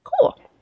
Cool